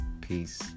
Peace